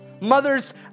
Mothers